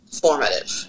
formative